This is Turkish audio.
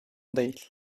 değil